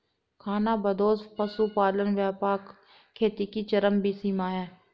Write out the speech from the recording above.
खानाबदोश पशुपालन व्यापक खेती की चरम सीमा है